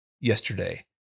yesterday